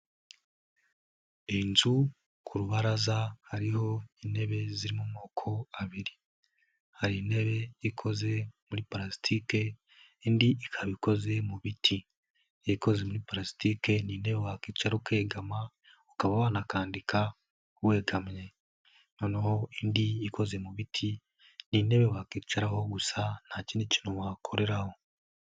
Inzu ku rubaraza hariho intebe zi'rimo amoko abiri, hari intebe ikoze muri palastike, indi ikaba ikoze mu biti, ikoze muri palasitike ni intebe wakwicaraho kegamau ukaba wanakandika wegamye, noneho indi ikoze mu biti ni intebe wakwicaraho gusa, nta kindi kintu wakoreraho.